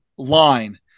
line